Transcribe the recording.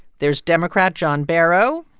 there's democrat john barrow.